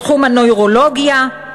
בתחום הנוירולוגיה,